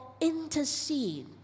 intercede